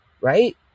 right